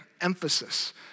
Emphasis